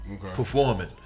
performing